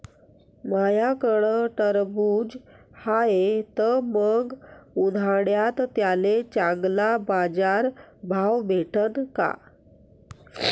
माह्याकडं टरबूज हाये त मंग उन्हाळ्यात त्याले चांगला बाजार भाव भेटन का?